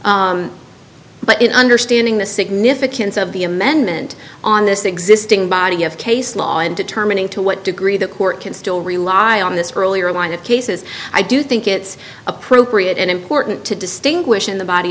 but in understanding the significance of the amendment on this existing body of case law and determining to what degree the court can still rely on this earlier line of cases i do think it's appropriate and important to distinguish in the body